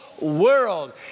world